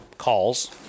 Calls